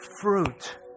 fruit